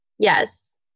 Yes